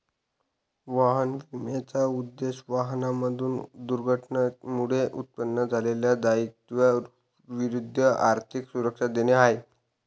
वाहन विम्याचा उद्देश, वाहनांमध्ये दुर्घटनेमुळे उत्पन्न झालेल्या दायित्वा विरुद्ध आर्थिक सुरक्षा देणे आहे